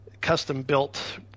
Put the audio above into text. custom-built